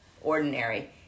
ordinary